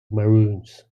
maroons